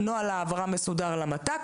נוהל העברה מסודר למת"ק,